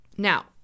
Now